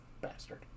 Bastard